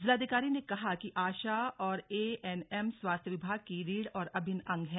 जिलाधिकारी ने कहा कि आशा और एएनएम स्वास्थ विभाग की रीढ़ और अभिन्न अंग है